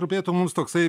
rūpėtų mums toksai